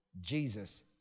Jesus